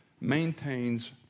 maintains